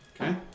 Okay